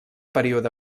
període